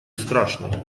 страшный